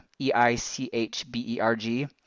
E-I-C-H-B-E-R-G